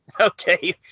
Okay